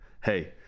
hey